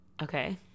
Okay